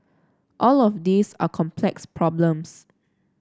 all of these are complex problems